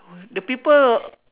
mm the people or